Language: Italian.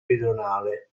pedonale